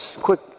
quick